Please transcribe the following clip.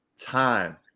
time